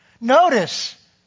Notice